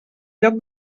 lloc